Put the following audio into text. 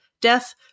death